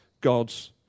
God's